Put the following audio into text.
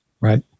Right